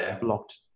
blocked